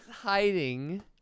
hiding